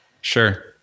sure